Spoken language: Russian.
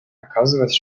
оказывать